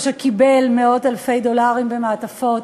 או שקיבל מאות-אלפי דולרים במעטפות,